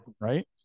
right